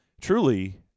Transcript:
Truly